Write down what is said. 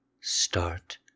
start